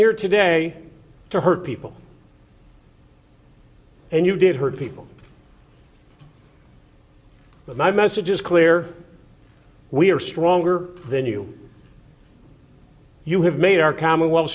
here today to hurt people and you did hurt people but my message is clear we are stronger than you you have made our commonwealth